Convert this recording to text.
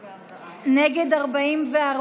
44,